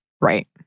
Right